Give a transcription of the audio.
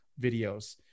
videos